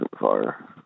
fire